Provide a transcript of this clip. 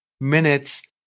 minutes